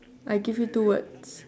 I give you two words